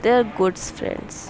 they are goods friends